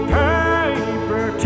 paper